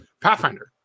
pathfinder